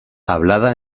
hablada